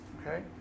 okay